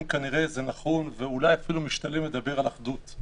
זה נכון ואולי אפילו משתלם לדבר על אחדות.